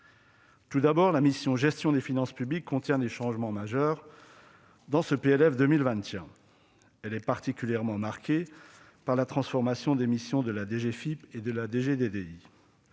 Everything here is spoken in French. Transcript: particulier. La mission « Gestion des finances publiques » contient des changements majeurs dans ce PLF 2021. Elle est particulièrement marquée par la transformation des missions de la direction générale